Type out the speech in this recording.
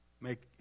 make